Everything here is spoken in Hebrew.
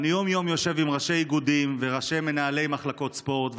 אני יושב יום-יום עם ראשי איגודים וראשי מנהלי מחלקות ספורט,